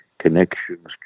connections